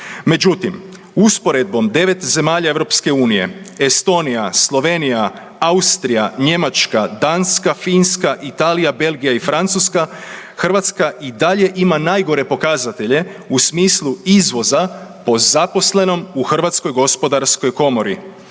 Međutim, usporedbom 9 zemalja Europske unije Estonija, Slovenija, Austrija, Njemačka, Danska, Finska, Italija, Belgija i Francuska Hrvatska i dalje ima najgore pokazatelje u smislu izvoza po zaposlenom u Hrvatskoj gospodarskoj komori,